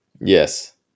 Yes